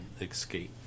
escape